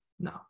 No